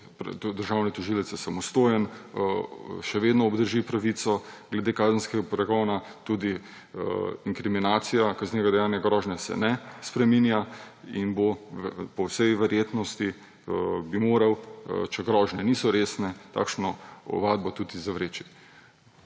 državni tožilec samostojen, še vedno obdrži pravico glede kazenskega pregona, tudi inkriminacija kaznivega dejanja grožnje se ne spreminja in bo po vsej verjetnosti moral, če grožnje niso resne, takšno ovadbo tudi zavreči.